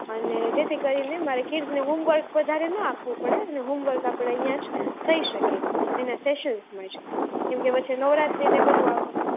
અને જેથી કરીને મારા કિડ્સને હોમવર્ક વધારે નો આપવું પડે ને હોમવર્ક આપણે અહીંયાં થઈ શકે એના સેશન્સમાં જ કેમ કે પછી નવરાત્રિને બધું આવશે